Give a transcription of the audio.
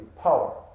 power